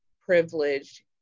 privileged